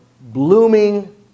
blooming